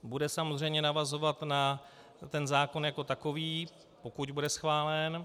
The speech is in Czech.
Bude samozřejmě navazovat na ten zákon jako takový, pokud bude schválen.